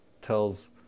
tells